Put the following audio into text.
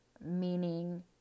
meaning